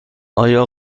آیا